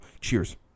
Cheers